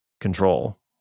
control